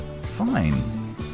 Fine